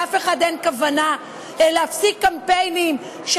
לאף אחד אין כוונה להפסיק קמפיינים של